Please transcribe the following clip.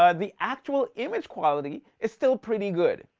ah the actual image quality is still pretty good.